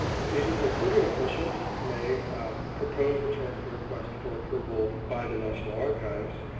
the agency approving official may propose the transfer request for approval by the national archives.